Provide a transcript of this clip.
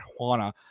marijuana